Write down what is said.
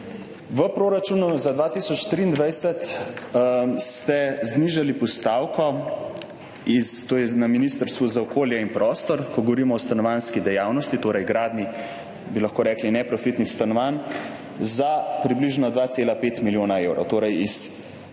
V proračunu za 2023 ste znižali postavko – to je na Ministrstvu za okolje in prostor – ko govorimo o stanovanjski dejavnosti, torej gradnji, bi lahko rekli, neprofitnih stanovanj, za približno 2,5 milijona evrov. Torej s